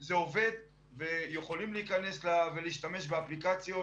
זה עובד ויכולים להיכנס ולהשתמש באפליקציות